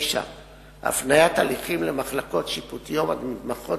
9. הפניית הליכים למחלקות שיפוטיות המתמחות